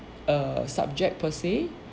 err subject per se